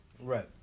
Right